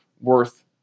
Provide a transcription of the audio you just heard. worth